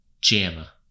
JAMA